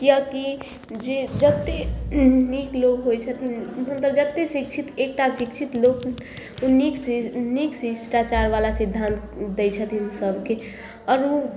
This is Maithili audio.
किएकि जे जत्ते नीक लोक होइ छथिन मतलब जत्ते शिक्षित एकटा शिक्षित लोक नीक से नीक शिष्टाचारबाला सिद्धान्त दै छथिन सबके आओर ओ